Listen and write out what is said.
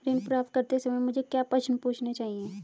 ऋण प्राप्त करते समय मुझे क्या प्रश्न पूछने चाहिए?